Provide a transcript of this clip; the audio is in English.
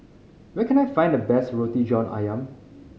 where can I find the best Roti John Ayam